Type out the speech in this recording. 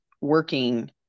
working